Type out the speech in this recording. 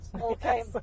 Okay